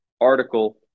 Article